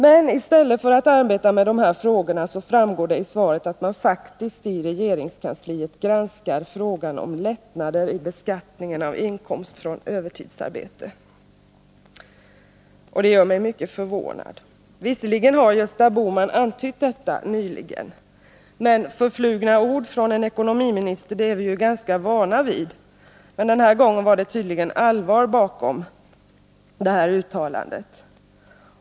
Men det framgår av svaret att man i regeringskansliet i stället för att arbeta med dessa frågor faktiskt granskar frågan om lättnader i beskattningen av inkomst från övertidsarbete. Det gör mig mycket förvånad. Visserligen har Gösta Bohman nyligen antytt detta, men förflugna ord från en ekonomiminister är vi ju ganska vana vid. Den här gången var det tydligen allvar bakom uttalandet.